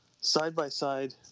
side-by-side